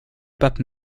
pape